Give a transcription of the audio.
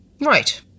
Right